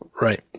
right